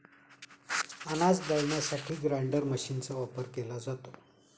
अनाज दळण्यासाठी ग्राइंडर मशीनचा वापर केला जातो